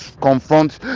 confront